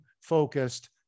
focused